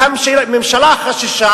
והממשלה חששה